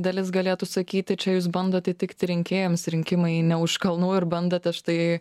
dalis galėtų sakyti čia jūs bandot įtikti rinkėjams rinkimai ne už kalnų ir bandote štai